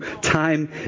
Time